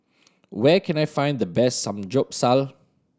where can I find the best Samgyeopsal